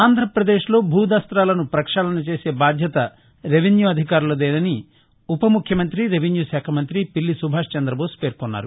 ఆంధ్రాపదేశ్ లో భూ దస్తాలను ప్రక్షాళన చేసే బాధ్యత రెవెన్యూ అధికారులదేనని ఉప ముఖ్యమంత్రి రెవెన్యూ శాఖ మంతి పిల్లి సుభాష్ చంద్రబోస్ పేర్కొన్నారు